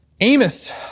Amos